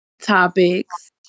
topics